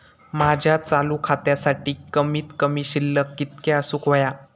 माझ्या चालू खात्यासाठी कमित कमी शिल्लक कितक्या असूक होया?